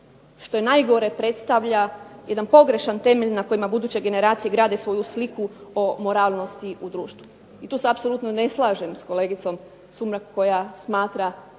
što je najgore predstavlja jedan pogrešan temelj na kojima buduće generacije grade svoju sliku o moralnosti u društvu i tu se apsolutno ne slažem sa kolegicom Sumrak koja smatra